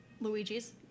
Luigi's